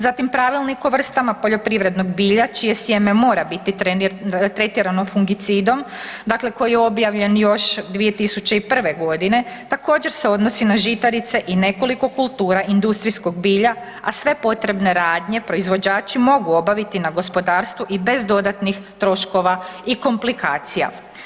Zatim Pravilnik o vrstama poljoprivrednog bilja čije sjeme mora biti tretirano fungicidom, dakle koji je objavljen još 2001. g., također se odnosi na žitarice i nekoliko kultura industrijskog bilja a sve potrebne radnje, proizvođači mogu obaviti na gospodarstvu i bez dodatnih troškova i komplikacija.